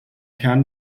kern